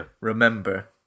remember